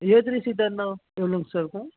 ஏ three ஷீட்டாக இருந்தால் எவ்வளோங்க சார் இருக்கும்